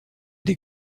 des